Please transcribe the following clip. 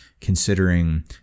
considering